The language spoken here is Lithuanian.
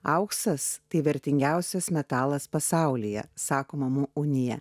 auksas tai vertingiausias metalas pasaulyje sako mamų unija